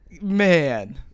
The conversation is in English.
Man